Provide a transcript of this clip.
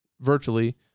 virtually